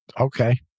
okay